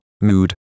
mood